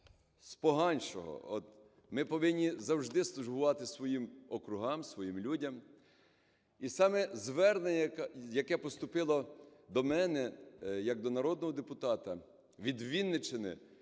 з поганшого. От ми повинні завжди слугувати своїм округам, своїм людям. І саме звернення, яке поступило до мене як до народного депутата від Вінниччини,